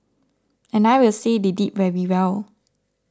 and I will say they did very well